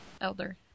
elder